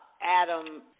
Adam